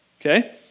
okay